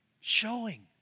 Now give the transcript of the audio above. Showing